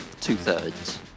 two-thirds